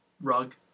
rug